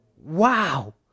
Wow